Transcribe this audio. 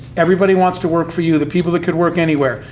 everybody wants to work for you, the people that could work anywhere.